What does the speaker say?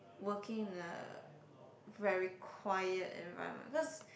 working in a very quiet environment because